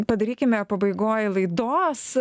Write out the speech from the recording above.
padarykime pabaigoj laidos